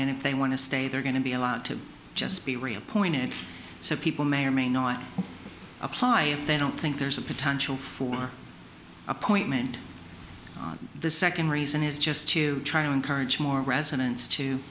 and if they want to stay they're going to be allowed to just be reappointed so people may or may not apply if they don't think there's a potential for appointment the second reason is just to try to encourage more residents to